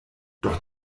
doch